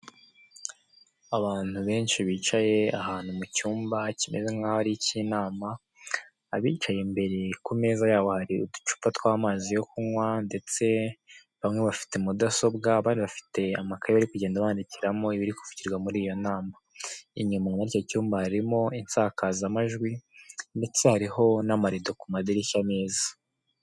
Abantu benshi bicaye ahantu mu cyumba kimeze nk'aho ari ik'inama, abicaye imbere ku meza yabo hari uducupa tw'amazi yo kunywa ndetse bamwe bafite mudasobwa abandi bafite amakayi bari kugenda bandika ibiri kuvugirwa muri iyo nama, inyuma muri icyo cyumba hari insakazamajwi ndetse hariho n'amarido ku madirishya meza.